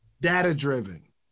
data-driven